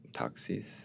taxis